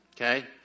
okay